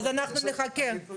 תשקלו כבר עכשיו.